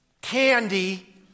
candy